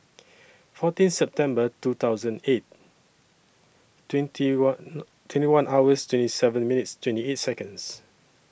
fourteen September two thousand eight twenty one twenty one hours twenty seven minutes twenty eight Seconds